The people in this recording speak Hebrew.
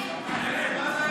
נא לשבת.